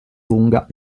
lunga